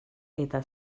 eta